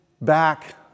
back